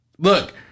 Look